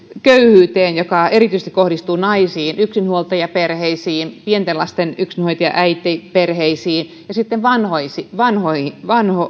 köyhyyteen joka kohdistuu erityisesti naisiin yksinhuoltajaperheisiin pienten lasten yksinhuoltajaäitien perheisiin ja sitten vanhoihin